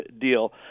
deal